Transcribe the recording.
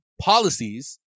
policies